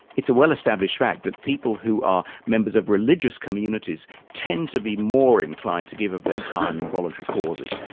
it's a well-established fact that people who are members of religious communities, tend to be more inclined to give of their time in voluntary causes.